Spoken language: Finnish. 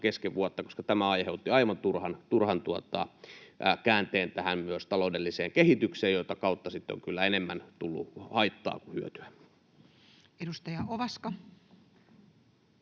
kesken vuotta, koska tämä aiheutti aivan turhan käänteen myös tähän taloudelliseen kehitykseen, mitä kautta siitä on kyllä enemmän tullut haittaa kuin hyötyä. [Speech 145]